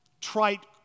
trite